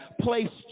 placed